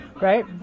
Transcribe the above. right